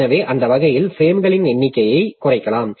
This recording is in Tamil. எனவே அந்த வகையில் பிரேம்களை எண்ணிக்கையைக் குறைக்கலாம்